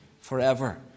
forever